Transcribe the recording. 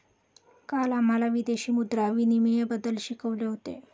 काल आम्हाला विदेशी मुद्रा विनिमयबद्दल शिकवले होते